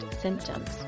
symptoms